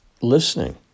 listening